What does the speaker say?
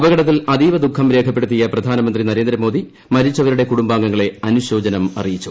അപകടത്തിൽ അതീവ ദുഖം രേഖപ്പെടുത്തിയ പ്രധാനമന്ത്രി നരേന്ദ്ര മോദി മരിച്ചവരുടെ കുടുംബാംഗങ്ങളെ അനുശോചനം അറിയിച്ചു